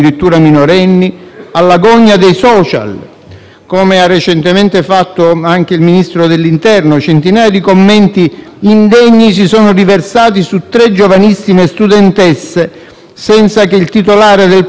come ha recentemente fatto anche il Ministro dell'interno. Centinaia di commenti indegni si sono riversati su tre giovanissime studentesse senza che il titolare del profilo ne prendesse le distanze.